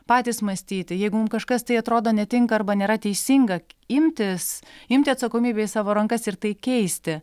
patys mąstyti jeigu mum kažkas tai atrodo netinka arba nėra teisinga imtis imti atsakomybę į savo rankas ir tai keisti